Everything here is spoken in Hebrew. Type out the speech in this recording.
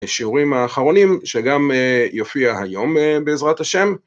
שיעורים האחרונים שגם יופיע היום בעזרת השם.